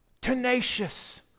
Tenacious